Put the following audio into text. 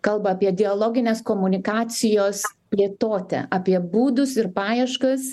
kalba apie dialoginės komunikacijos plėtotę apie būdus ir paieškas